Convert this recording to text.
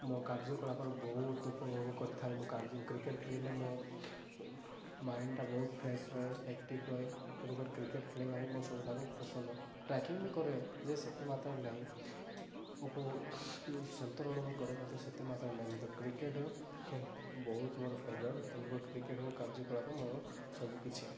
ମୋ କାର୍ଯ୍ୟକଳାପର ବହୁତ ଉପଭୋଗ କରିଥାଏ ମୁଁ କ୍ରିକେଟ ଖେଳିଲେ ମୋ ମାଇଣ୍ଡଟା ବହୁତ ଫ୍ରେଶ୍ ରହେ ଆକ୍ଟିଭ ରହେ ତେଣୁକରି କ୍ରିକେଟ ଖେଳିବା ହିଁ ମୋର ସବୁଠାରୁ ପସନ୍ଦ ଟ୍ରାକିଂ ବି କରେ ଯେ ସେତେ ମାତ୍ରାରେ ନାହିଁ ସନ୍ତରଣ ବି କରେ ସେତେ ମାତ୍ରାରେ ନାହିଁ ମତେ କ୍ରିକେଟ ବହୁତ ମୋର ଫେବରେଟ୍ ତେଣୁ କରି କ୍ରିକେଟର କାର୍ଯ୍ୟକଳାପ ମୋର ସବୁକିଛି